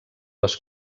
les